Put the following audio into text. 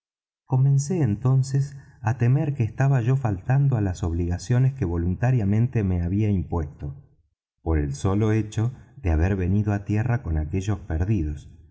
comencé entonces á temer que estaba yo faltando á las obligaciones que voluntariamente me había impuesto por el solo hecho de haber venido á tierra con aquellos perdidos